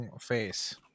face